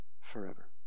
forever